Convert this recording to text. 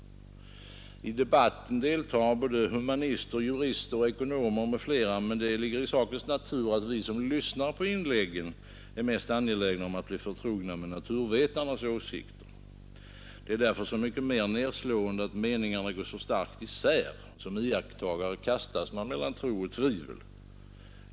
I debatten deltar både humanister, jurister och ekonomer m.fl., men det ligger i sakens natur att vi som lyssnar på inläggen är mest angelägna om att bli förtrogna med naturvetarnas åsikter. Det är därför så mycket mer nerslående att meningarna går så starkt isär. Som iakttagare kastas man mellan tro och tvivel.